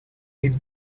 eat